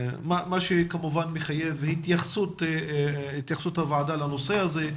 מה שכמובן מחייב התייחסות הוועדה לנושא הזה.